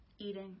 eating